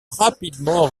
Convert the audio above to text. rapidement